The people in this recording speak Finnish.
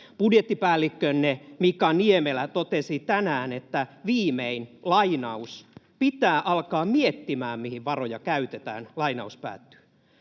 Budjettipäällikkönne Mika Niemelä totesi tänään, että viimein ”pitää alkaa miettimään, mihin varoja käytetään”. Hän